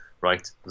right